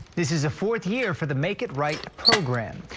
this is a fourth year for the make it right program.